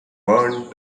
burned